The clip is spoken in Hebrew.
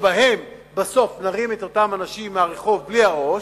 שבהם בסוף נרים את אותם אנשים מהרחוב בלי הראש,